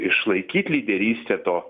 išlaikyt lyderystę to